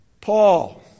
Paul